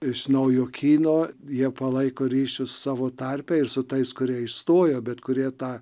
iš naujokyno jie palaiko ryšius savo tarpe ir su tais kurie išstojo bet kurie tą